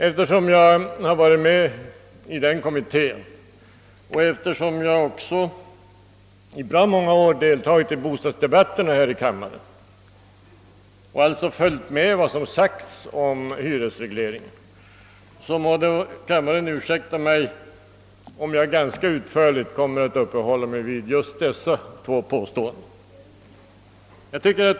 Eftersom jag har varit med i denna kommitté och eftersom jag också under bra många år deltagit i bostadsdebatterna här i kammaren och alltså följt med vad som har sagts om hyresregleringen, må kammaren ursäkta mig för att jag ganska utförligt kommer att uppehålla mig vid dessa två påståenden.